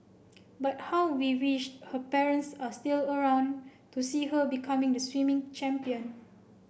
but how we wished her parents are still around to see her becoming a swimming champion